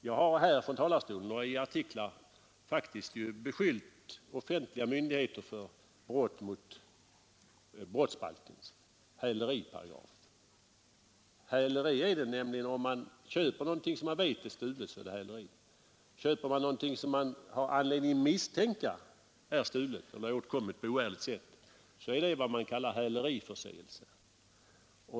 Jag har från denna talarstol och i artiklar faktiskt beskyllt offentliga myndigheter för brott mot brottsbalkens häleripa åste vi acceptera det. Men ragraf. Häleri är det nämligen om man köper någonting som man vet är stulet. Köper man någonting som man har anledning misstänka är stulet eller annars åtkommet på oärligt sätt är det vad som kallas häleriförseelse.